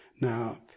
Now